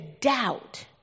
doubt